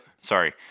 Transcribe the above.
Sorry